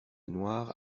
noir